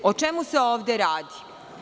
O čemu se ovde radi?